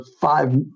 five